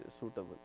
suitable